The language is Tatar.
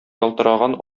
ялтыраган